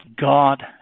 God